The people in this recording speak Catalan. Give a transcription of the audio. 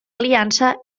aliança